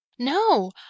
No